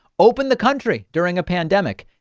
open the country during a pandemic.